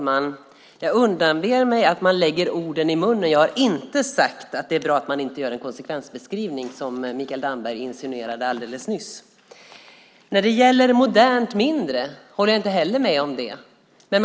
Fru talman! Jag undanber mig att man lägger ord i min mun. Jag har inte sagt att det är bra att man inte gör en konsekvensbeskrivning, som Mikael Damberg insinuerade alldeles nyss. Jag håller inte med om att modernt är lika med mindre.